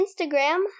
Instagram